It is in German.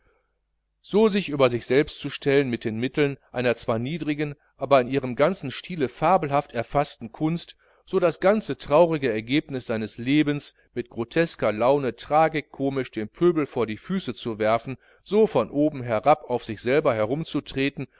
so sich über sich selber zu stellen mit den mitteln einer zwar niedrigen aber in ihrem ganzen stile fabelhaft erfaßten kunst so das ganze traurige ergebnis seines lebens mit grotesker laune tragikomisch dem pöbel vor die füße zu werfen so von oben herab auf sich selber herumzutreten